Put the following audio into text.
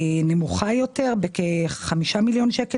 נמוכה יותר בכ-5 מיליון שקלים